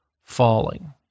falling